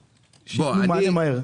מבקש שתתנו מענה מהיר.